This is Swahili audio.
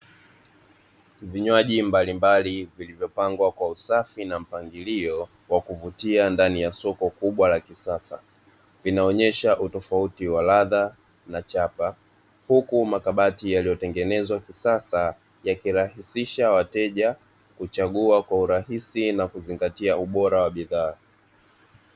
Vinywaji mbalimbali vilivyopangwa kwa usafi na mpangilio wa kuvutia vimepangwa ndani ya soko kubwa la kisasa, vinaonyesha utofauti wa ladha na chapa, huku makabati yaliyotengenezwa kisasa yakirahisisha wateja kuchagua urahisi na kuzingatia ubora wa bidhaa.